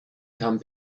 come